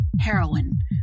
Heroin